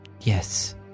yes